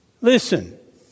Listen